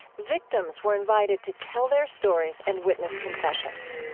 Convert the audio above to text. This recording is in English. victims were invited to tell their stories and witness confessions.